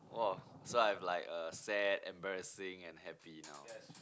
!wah! so I have like a sad embarassing and happy now